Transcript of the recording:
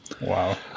Wow